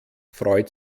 freut